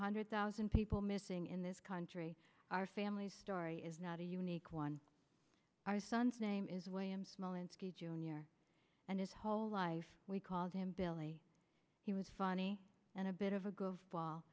hundred thousand people missing in this country our family's story is not a unique one our son's name is william smolensky jr and his whole life we called him billy he was funny and a bit of a g